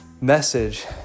message